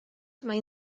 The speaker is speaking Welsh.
mae